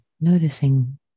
Noticing